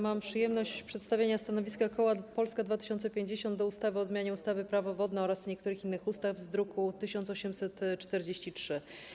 Mam przyjemność przedstawić stanowisko koła Polska 2050 wobec ustawy o zmianie ustawy - Prawo wodne oraz niektórych innych ustaw, druk nr 1843.